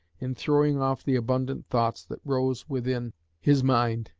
in throwing off the abundant thoughts that rose within his mind,